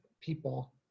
people